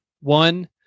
One